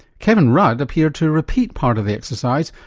kevin rudd appeared to repeat part of the exercise,